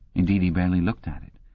indeed he barely looked at it.